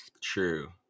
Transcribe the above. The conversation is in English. True